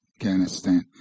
Afghanistan